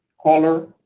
color,